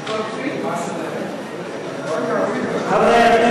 הכנסת התשע-עשרה,